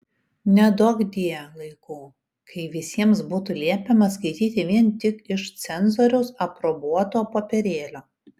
neduokdie laikų kai visiems būtų liepiama skaityti vien tik iš cenzoriaus aprobuoto popierėlio